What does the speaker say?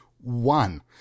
one